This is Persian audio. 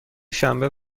شنبه